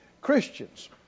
Christians